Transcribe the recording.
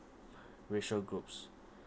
racial groups